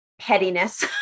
pettiness